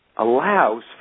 allows